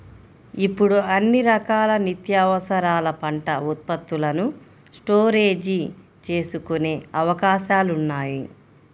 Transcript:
ఇప్పుడు అన్ని రకాల నిత్యావసరాల పంట ఉత్పత్తులను స్టోరేజీ చేసుకునే అవకాశాలున్నాయి